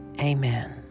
Amen